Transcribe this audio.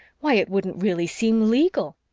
why, it wouldn't really seem legal.